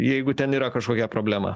jeigu ten yra kažkokia problema